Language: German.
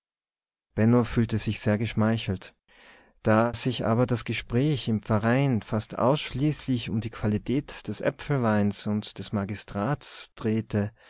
benno fühlte sich sehr geschmeichelt da sich aber das gespräch im verein fast ausschließlich um die qualität des äpfelweins und des magistrats drehte